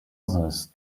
others